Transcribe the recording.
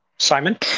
Simon